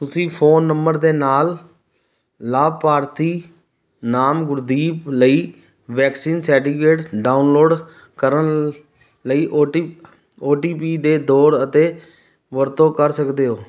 ਤੁਸੀਂ phone number ਦੇ ਨਾਲ ਲਾਭਪਾਤਰੀ ਨਾਮ ਗੁਰਦੀਪ ਲਈ ਵੈਕਸੀਨ ਸਰਟੀਫਿਕੇਟ ਡਾਊਨਲੋਡ ਕਰਨ ਲਈ O T O T P ਦੇ ਦੌਰ ਅਤੇ ਵਰਤੋਂ ਕਰ ਸਕਦੇ ਹੋ